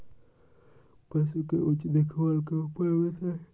पशु के उचित देखभाल के उपाय बताऊ?